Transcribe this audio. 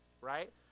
Right